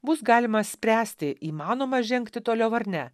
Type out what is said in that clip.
bus galima spręsti įmanoma žengti toliau ar ne